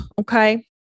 Okay